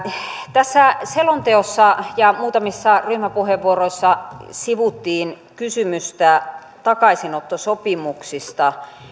tässä selonteossa ja muutamissa ryhmäpuheenvuoroissa sivuttiin kysymystä takaisinottosopimuksista